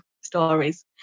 stories